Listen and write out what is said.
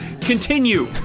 Continue